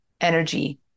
energy